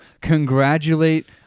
congratulate